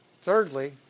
Thirdly